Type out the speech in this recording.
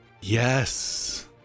Yes